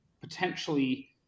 potentially